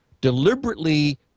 deliberately